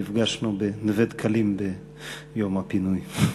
נפגשנו בנווה-דקלים ביום הפינוי.